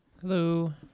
Hello